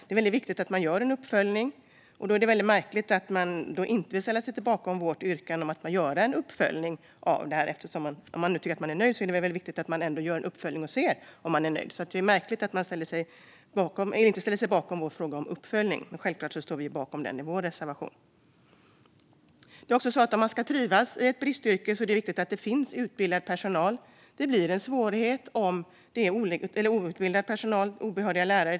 Det är viktigt att det görs en uppföljning, så det är märkligt att man inte vill ställa sig bakom vår uppmaning att göra en. Även om man tycker att man är nöjd är det viktigt att man gör en uppföljning för att se om man verkligen är nöjd. Det är märkligt att man inte ställer sig bakom vår uppmaning om en uppföljning, men vi står självklart bakom den i vår reservation. Om man ska trivas i ett bristyrke är det viktigt att det finns utbildad personal. Det blir en svårighet om det finns outbildad personal, till exempel obehöriga lärare.